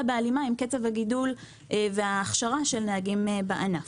בהלימה עם קצב הגידול וההכשרה של נהגים בענף.